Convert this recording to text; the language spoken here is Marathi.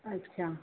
अच्छा